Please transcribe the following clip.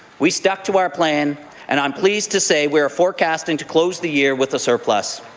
we stuck to our plan and i'm pleased to say we're forecasting to close the year with a surplus.